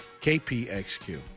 KPXQ